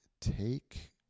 take